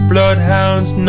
Bloodhound's